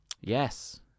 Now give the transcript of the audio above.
Yes